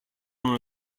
known